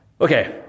Okay